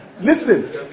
Listen